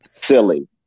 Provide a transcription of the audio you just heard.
silly